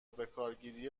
بکارگیری